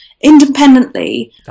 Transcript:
independently